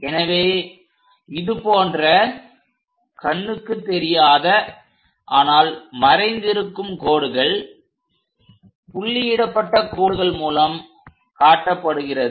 எனவே இதுபோன்ற கண்ணுக்குத் தெரியாத ஆனால் மறைந்திருக்கும் கோடுகள் புள்ளி இடப்பட்ட கோடுகள் மூலம் காட்டப்படுகிறது